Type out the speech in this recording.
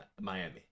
Miami